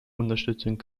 unterstützung